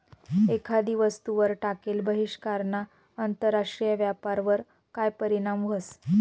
एखादी वस्तूवर टाकेल बहिष्कारना आंतरराष्ट्रीय व्यापारवर काय परीणाम व्हस?